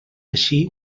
així